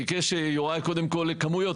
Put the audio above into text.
ביקש יוראי קודם כמויות.